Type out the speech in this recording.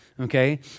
okay